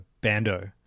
Bando